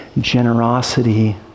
generosity